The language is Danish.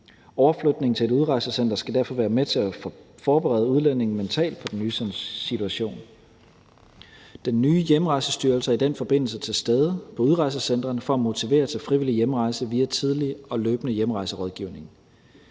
Overflytning til et udrejsecenter skal derfor være med til at forberede udlændingene mentalt på den nye situation. Den nye Hjemrejsestyrelse er i den forbindelse til stede på udrejsecentrene for at motivere til frivillig hjemrejse via tidlig og løbende hjemrejserådgivning.